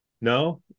No